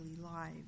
lives